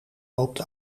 loopt